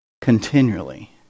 continually